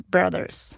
Brothers